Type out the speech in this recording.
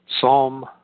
Psalm